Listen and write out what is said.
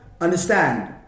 understand